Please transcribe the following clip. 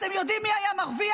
אתם יודעים מי היה מרוויח?